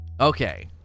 Okay